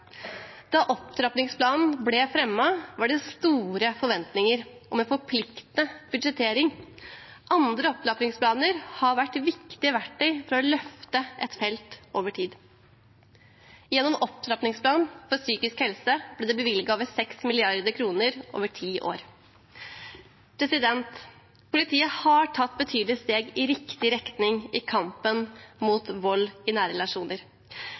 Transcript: Da opptrappingsplanen ble fremmet, var det store forventninger om en forpliktende budsjettering. Andre opptrappingsplaner har vært viktige verktøy for å løfte et felt over tid. Gjennom opptrappingsplanen for psykisk helse ble det bevilget over 6 mrd. kr over ti år. Politiet har tatt betydelige steg i riktig retning i kampen mot vold i